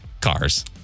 cars